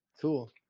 Cool